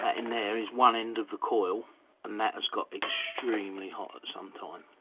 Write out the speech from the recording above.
ah in there is one end of the coil and that has got extremely hot at some time.